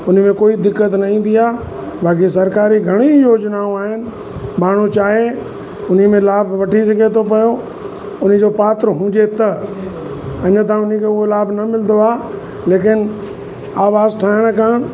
उन में कोई दिक़त न ईंदी आहे बाक़ी सरकारी घणेईं योजनाऊं आहिनि माण्हू चाहे उन में लाभ वठी सघे थो पियो उन जो पात्र हुजे त अञा त उन खे उहो लाभ न मिलंदो आहे लेकिन आवास ठहणु करणु